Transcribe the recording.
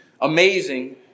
amazing